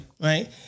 Right